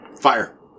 fire